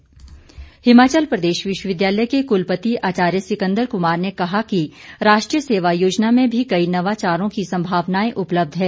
कुलपति हिमाचल प्रदेश विश्वविद्यालय के कुलपति आचार्य सिकंदर कुमार ने कहा है कि राष्ट्रीय सेवा योजना में भी कई नवाचारों की सम्भावनाएं उपलब्ध है